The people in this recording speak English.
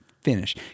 finish